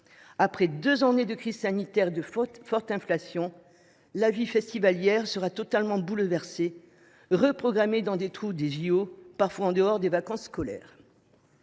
Après deux années de crise sanitaire et de forte inflation, la vie festivalière sera totalement bouleversée, reprogrammée dans les « trous » laissés disponibles par les Jeux, parfois en dehors des vacances scolaires.